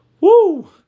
Woo